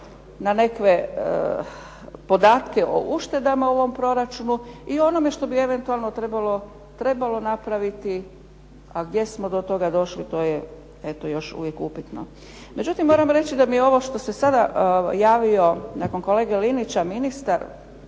na nekakve podatke o uštedama u ovom proračunu i ono što bi eventualno trebalo napraviti, a gdje smo od toga došli to je eto još uvijek upitno. Međutim, moram reći ovo što se sada javio nakon kolege Linića ministar,